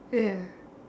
ya